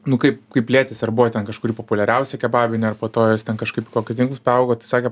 nu kaip kaip plėtėsi ar buvo ten kažkuri populiariausia kebabinė ar po to jos ten kažkaip į kokius tinklus paaugo tai sakė